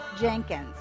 Jenkins